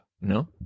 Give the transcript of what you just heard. no